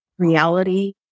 Reality